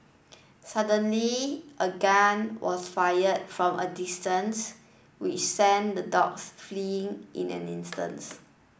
suddenly a gun was fired from a distance which sent the dogs fleeing in an instance